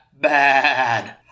bad